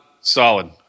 Solid